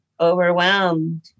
overwhelmed